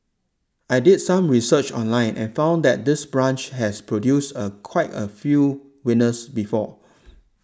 I did some research online and found that this branch has produced a quite a few winners before